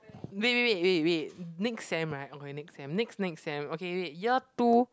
wait wait wait wait wait next sem right okay next sem next next sem okay wait year two